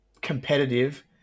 competitive